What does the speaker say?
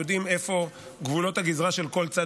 יודעים איפה גבולות הגזרה של כל צד